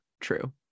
true